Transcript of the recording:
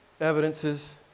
evidences